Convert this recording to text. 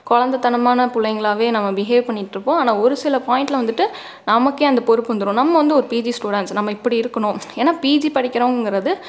குழந்தத்தனமான பிள்ளைங்களாவே நம்ம பிஹேவ் பண்ணிகிட்ருப்போம் ஆனால் ஒரு சில பாயிண்ட்ல வந்துட்டு நமக்கே அந்த பொறுப்பு வந்துடும் நம்ம வந்து ஒரு பிஜி ஸ்டூடெண்ட்ஸ் நம்ம இப்படி இருக்கணும் ஏன்னா பிஜி படிக்கிறோங்கிறது